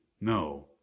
No